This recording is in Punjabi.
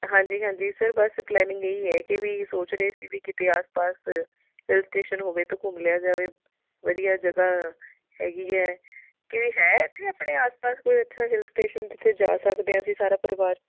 ਹਾਂਜੀ ਹਾਂਜੀ ਸਰ ਬਸ ਪਲੈਨਿੰਗ ਇਹੀ ਹੈ ਕਿ ਵੀ ਸੋਚ ਰਹੇ ਸੀ ਵੀ ਕਿਤੇ ਆਸ ਪਾਸ ਸਟੇਸ਼ਨ ਹੋਵੇ ਤਾਂ ਘੁੰਮ ਲਿਆ ਜਾਵੇ ਵਧੀਆ ਜਗ੍ਹਾ ਹੈਗੀ ਹੈ ਕਿ ਹੈ ਇੱਥੇ ਆਪਣੇ ਆਸ ਪਾਸ ਕੋਈ ਇੱਥੇ ਹਿਲ ਸਟੇਸ਼ਨ ਜਿੱਥੇ ਜਾ ਸਕਦੇ ਹਾਂ ਅਸੀਂ ਸਾਰਾ ਪਰਿਵਾਰ